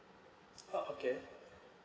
oh okay